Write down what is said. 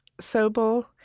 Sobel